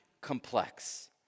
complex